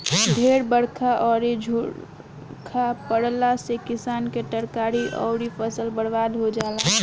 ढेर बरखा अउरी झुरा पड़ला से किसान के तरकारी अउरी फसल बर्बाद हो जाला